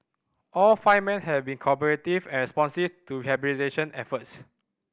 all five men have been cooperative and responsive to rehabilitation efforts